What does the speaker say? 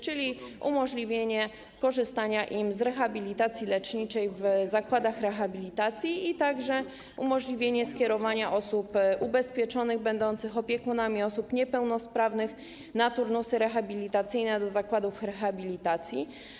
Chodzi o umożliwienie im korzystania z rehabilitacji leczniczej w zakładach rehabilitacji, a także umożliwienie skierowania osób ubezpieczonych będących opiekunami osób niepełnosprawnych na turnusy rehabilitacyjne do zakładów rehabilitacji.